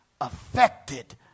affected